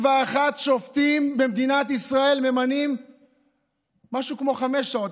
61 שופטים במדינת ישראל ממנים במשהו כמו חמש שעות.